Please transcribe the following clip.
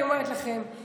אני אומרת לכם,